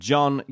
John